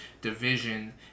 division